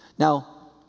Now